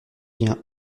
vient